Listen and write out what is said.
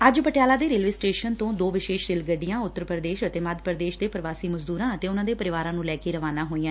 ਅੱਜ ਪਟਿਆਲਾ ਦੇ railway station ਤੋ ਦੋ ਵਿਸ਼ੇਸ਼ ਰੇਲ ਗੱਡੀਆਂ ਉਂਤਰ ਪ੍ਰਦੇਸ਼ ਅਤੇ ਮੱਧ ਪ੍ਰਦੇਸ਼ ਦੇ ਪ੍ਰਵਾਸੀ ਮਜ਼ਦੂਰਾਂ ਤੇ ਉਨ੍ਹਾਂ ਦੇ ਪਰਿਵਾਰਾਂ ਨ੍ਹੂੰ ਲੈ ਕੇ ਰਵਾਨਾ ਹੋਈਆਂ